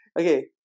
okay